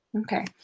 Okay